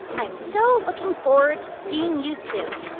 i'm so looking forward to seeing you soon.